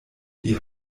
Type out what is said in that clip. die